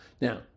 Now